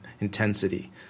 intensity